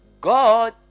God